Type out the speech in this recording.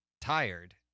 tired